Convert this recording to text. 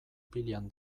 pilean